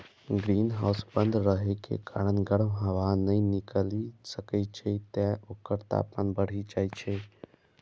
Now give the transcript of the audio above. greenhouse बंद रहै के कारण गर्म हवा नै निकलि सकै छै, तें ओकर तापमान बढ़ि जाइ छै